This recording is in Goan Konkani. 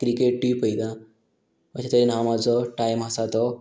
क्रिकेट टी व्ही पयतां अशें तरेन हांव म्हाजो टायम आसा तो